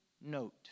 note